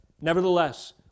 Nevertheless